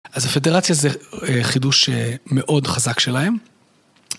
אז הפדרציה זה חידוש מאוד חזק שלהם.